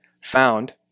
found